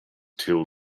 till